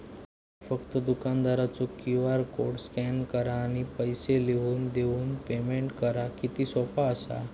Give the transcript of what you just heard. फक्त दुकानदारचो QR code scan करा आणि पैसे लिहून देऊन पेमेंट करा किती सोपा असा